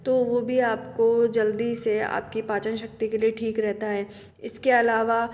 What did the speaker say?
तो वो भी आपको जल्दी से आपकी पाचन शक्ति के लिए ठीक रहता है इसके अलावा